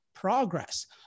progress